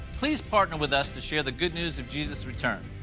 please partner with us to share the good news of jesus' return.